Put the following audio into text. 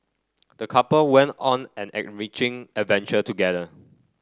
the couple went on an enriching adventure together